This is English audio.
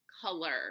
color